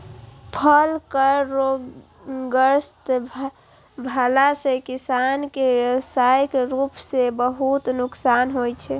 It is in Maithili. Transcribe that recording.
फल केर रोगग्रस्त भेला सं किसान कें व्यावसायिक रूप सं बहुत नुकसान होइ छै